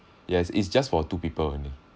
yes it's just for two people only